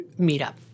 meetup